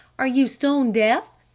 are you stone deaf?